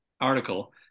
article